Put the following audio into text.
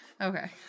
Okay